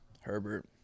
Herbert